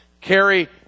carry